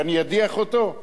שאני אדיח אותו?